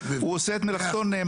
הוא עושה את מלאכתו נאמנה.